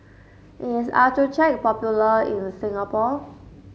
is Accucheck popular in Singapore